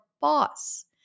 boss